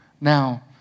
now